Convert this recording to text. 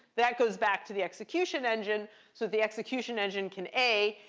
that goes back to the execution engine so the execution engine can, a,